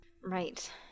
Right